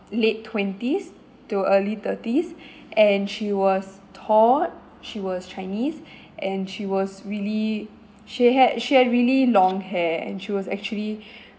late twenties to early thirties and she was tall she was chinese and she was really she had she had really long hair and she was actually